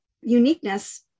uniqueness